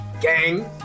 Gang